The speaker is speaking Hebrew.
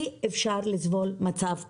אי אפשר לסבול מצב כזה.